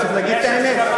צריך להגיד את האמת.